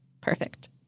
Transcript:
Perfect